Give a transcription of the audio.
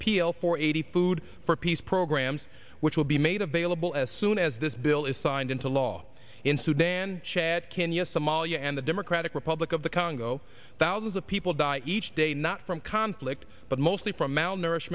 p l four eighty pooed for peace programs which will be made available as soon as this bill is signed into law in sudan chad kenya somalia and the democratic republic of the congo thousands of people die each day not from conflict but mostly from malnourish